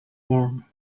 warm